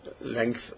length